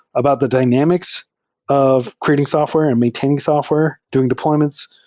about the dynam ics of creating software and maintaining software during deployments.